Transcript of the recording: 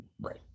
Right